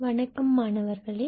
வணக்கம் மாணவர்களே